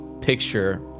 picture